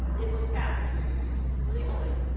it was challenged legally.